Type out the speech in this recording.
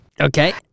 Okay